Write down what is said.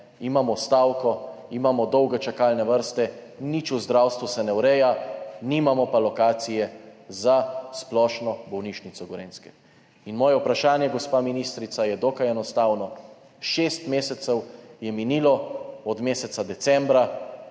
Imamo stavko, imamo dolge čakalne vrste, nič se v zdravstvu ne ureja, nimamo pa lokacije za splošno bolnišnico Gorenjske. Moje vprašanje, gospa ministrica, je dokaj enostavno. Šest mesecev je minilo od meseca decembra.